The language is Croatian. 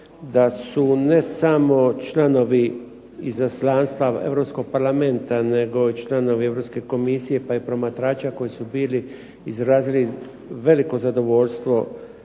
da su ne samo članovi izaslanstva Europskog parlamenta nego i članovi Europske komisije pa i promatrača koji su bili izrazili veliko zadovoljstvo